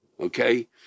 Okay